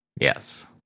Yes